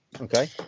okay